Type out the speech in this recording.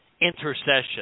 intercession